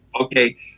okay